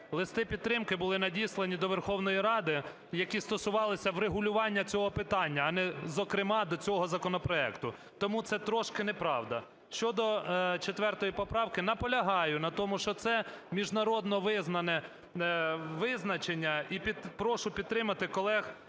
Листи підтримки були надіслані до Верховної Ради, які стосувалися врегулювання цього питання, а не, зокрема, до цього законопроекту, тому це трошки неправда. Щодо 4 поправки. Наполягаю на тому, що це міжнародно визнане визначення. І прошу підтримати колег